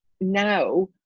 now